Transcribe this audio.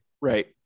Right